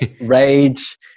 rage